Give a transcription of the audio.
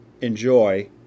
enjoy